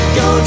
go